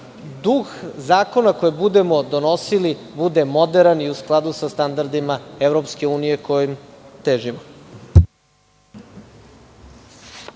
duh zakona koje budemo donosili bude moderan i u skladu sa standardima EU, kojim težimo.